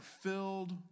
filled